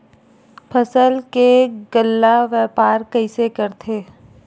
फसल के गल्ला व्यापार कइसे करथे?